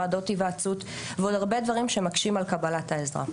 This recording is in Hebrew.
ועדות היוועצות ועוד הרבה דברים שמקשים על קבלת העזרה.